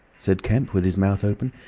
said kemp, with his mouth open.